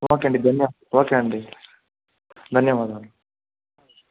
okay అండి ధన్యవా okay అండి ధన్యవాదాలు